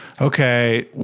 okay